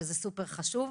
שזה סופר חשוב.